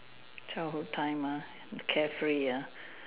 childhood time ah carefree ya